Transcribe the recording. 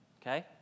okay